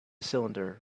cylinder